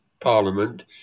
parliament